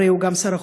הרי הוא גם שר החוץ,